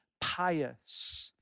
pious